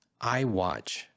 iWatch